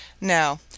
Now